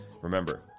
Remember